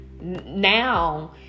Now